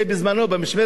במשמרת שלו,